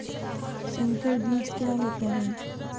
संकर बीज क्या होता है?